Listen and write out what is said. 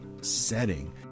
setting